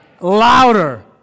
Louder